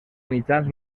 mitjans